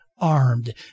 armed